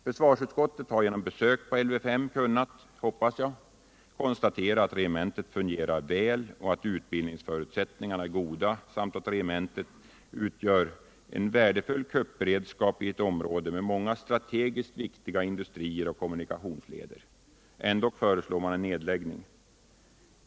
Försvarsutskottet har genom besök på Lv 5 kunnat — hoppas jag — konstatera att regementet fungerar väl och att utbildningsförutsättningarna är goda samt att regementet utgör en värdefull kuppberedskap i ett område med många strategiskt viktiga industrier och kommunikationsleder. Ändock föreslår man en nedläggning.